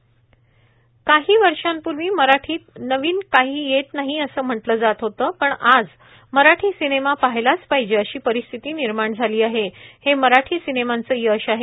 बाळासाहेब थोरात काही वर्षापूर्वी मराठीत नवीन काही येत नाही असं म्हटलं जात होते पण आज मराठी सिनेमा पाहायलाच पाहिजे अशी परिस्थिती निर्माण झाली आहे हे मराठी सिनेमांचे यश आहे